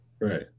Right